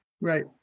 Right